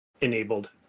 enabled